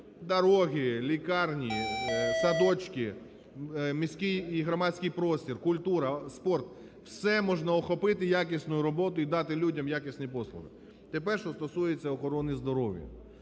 Дороги, лікарні, садочки, міський і громадський простір, культура, спорт – все можна охопити якісною роботою і дати людям якісні послуги. Тепер, що стосується охорони здоров'я.